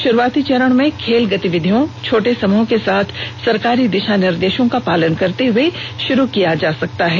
शुरूआती चरण में खेल गतिविधि छोटे समूह के साथ सरकारी दिशा निर्देशों का पालन करते हुए शुरू किया जा सकता है